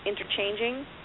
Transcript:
Interchanging